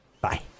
Bye